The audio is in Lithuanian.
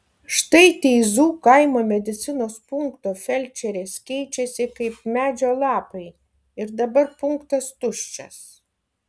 štai teizų kaimo medicinos punkto felčerės keičiasi kaip medžio lapai ir dabar punktas tuščias